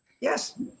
Yes